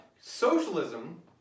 Socialism